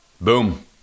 boom